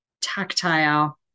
tactile